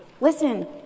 Listen